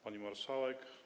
Pani Marszałek!